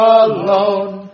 alone